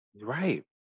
right